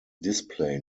display